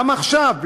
למה עכשיו?